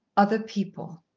other people